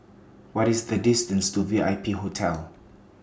What IS The distance to V I P Hotel